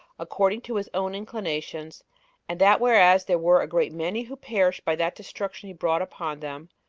according to his own inclinations and that whereas there were a great many who perished by that destruction he brought upon them,